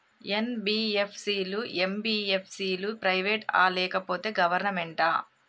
NBFC లు, MBFC లు private ఆ లేకపోతే గవర్నమెంటా?